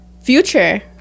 Future